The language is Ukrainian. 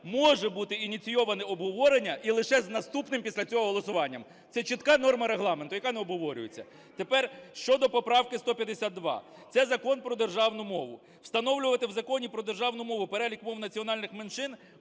може бути ініційоване обговорення і лише з наступним після цього голосуванням – це чітка норма Регламенту, яка не обговорюється. Тепер щодо поправки 152. Це Закон про державну мову. Встановлювати в Законі про державну мову перелік мов національних меншин